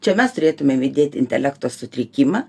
čia mes turėtumėm įdėti intelekto sutrikimą